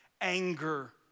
Anger